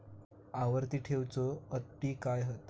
आवर्ती ठेव च्यो अटी काय हत?